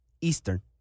Eastern